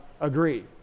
agree